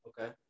okay